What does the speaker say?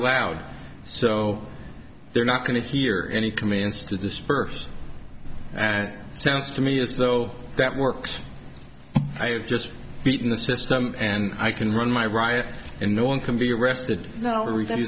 loud so they're not going to hear any commands to disperse and it sounds to me as though that works i've just beaten the system and i can run my riot in no one can be arrested no